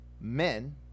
men